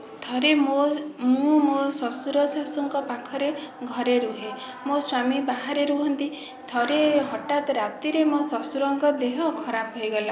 ଥରେ ମୋର ମୁଁ ମୋ ଶ୍ୱଶୁର ଶାଶୁଙ୍କ ପାଖରେ ଘରେ ରୁହେ ମୋ ସ୍ୱାମୀ ବାହାରେ ରୁହନ୍ତି ଥରେ ହଠାତ ରାତିରେ ମୋ ଶ୍ୱଶୁରଙ୍କ ଦେହ ଖରାପ ହୋଇଗଲା